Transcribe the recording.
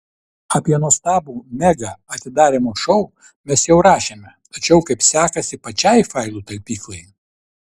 apie nuostabų mega atidarymo šou mes jau rašėme tačiau kaip sekasi pačiai failų talpyklai